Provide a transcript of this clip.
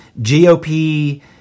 GOP